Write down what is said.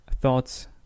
thoughts